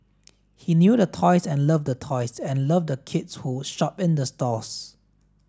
he knew the toys and loved the toys and loved the kids who would shop in the stores